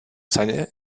seine